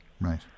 Right